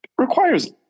requires